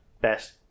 best